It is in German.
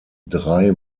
drei